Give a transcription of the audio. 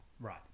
Right